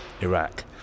Iraq